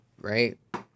right